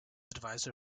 advisor